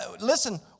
listen